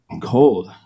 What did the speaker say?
Cold